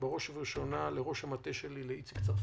בראש ובראשונה, לראש המטה שלי,